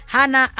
Hana